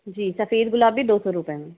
जी सफेद गुलाब भी दो सौ रुपए में